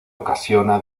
ocasiona